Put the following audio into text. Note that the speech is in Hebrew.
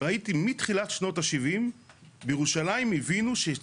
ראיתי מתחילת שנות ה-70 בירושלים הבינו שיש